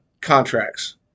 contracts